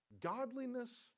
Godliness